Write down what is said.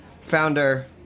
founder